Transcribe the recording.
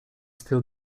still